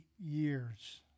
years